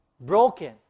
broken